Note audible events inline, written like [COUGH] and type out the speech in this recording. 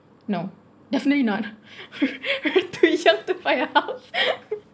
no definitely not [LAUGHS] too sh~ to find a house